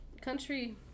country